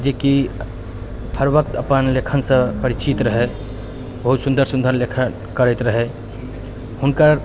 जेकि हर वक्त अपन लेखनसँ परिचित रहै बहुत सुन्दर सुन्दर लेखन करैत रहै हुनकर